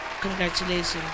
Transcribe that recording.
congratulations